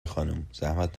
خانومزحمت